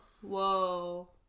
Whoa